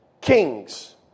kings